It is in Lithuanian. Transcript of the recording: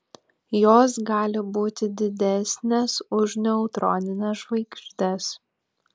jos gali būti didesnės už neutronines žvaigždes